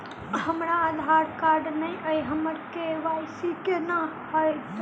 हमरा आधार कार्ड नै अई हम्मर के.वाई.सी कोना हैत?